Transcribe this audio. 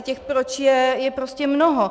Těch proč je prostě mnoho.